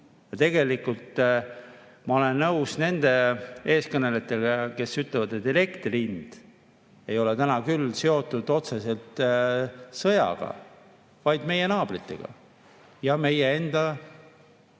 tegelikult ma olen nõus nende eelkõnelejatega, kes ütlevad, et elektri hind ei ole täna küll seotud otseselt sõjaga, vaid meie naabritega ja meie enda